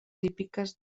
típiques